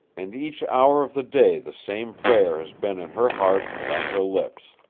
and each hour of the day the same prayer has been in her heart and on her lips.